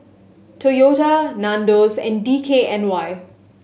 Toyota Nandos and D K N Y